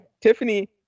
Tiffany